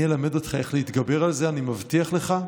אני אלמד אותך איך להתגבר על זה, אני מבטיח לך,